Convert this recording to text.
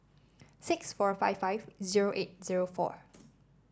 six four five five zero eight zero four